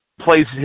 plays